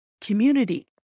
community